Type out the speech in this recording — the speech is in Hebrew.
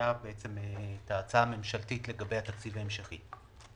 הייתה ההצעה הממשלתית לגבי תקציב המשכי,